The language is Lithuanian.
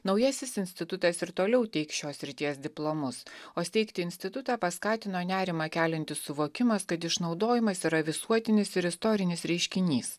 naujasis institutas ir toliau teiks šios srities diplomus o steigti institutą paskatino nerimą keliantis suvokimas kad išnaudojimas yra visuotinis ir istorinis reiškinys